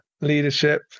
Leadership